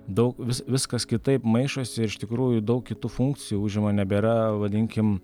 daug vis viskas kitaip maišosi ir iš tikrųjų daug kitų funkcijų užima nebėra vadinkim